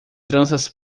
tranças